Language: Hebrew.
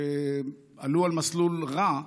שעלו על מסלול רע,